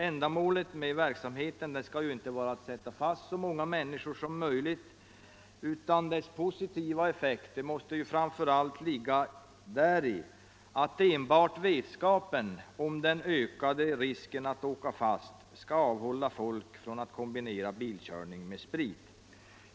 Ändamålet med verksamheten skall ju inte vara att sätta fast så många människor som möjligt utan dess positiva effekt måste framför allt ligga däri att enbart vetskapen om den ökade risken att åka fast skall avhålla folk från att kombinera bilkörning med sprit.